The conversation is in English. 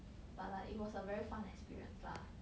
but like it was a very fun experience lah